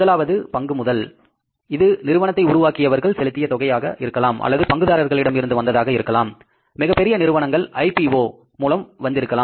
முதலாவது பங்கு முதல் இது நிறுவனத்தை உருவாக்கியவர்கள் செலுத்திய தொகை ஆக இருக்கலாம் அல்லது பங்குதாரர்களிடம் இருந்து வந்ததாக இருக்கலாம் மிகப்பெரிய நிறுவனம் IPO மூலம் வந்திருக்கலாம்